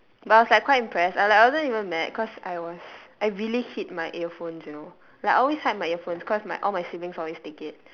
but I was like quite impressed I like I wasn't even mad because I was I really hid my earphones you know like I always hide my earphones cause my all my siblings always take it